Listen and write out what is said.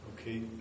okay